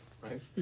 right